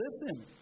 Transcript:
listen